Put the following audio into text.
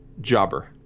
jobber